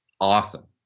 awesome